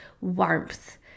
warmth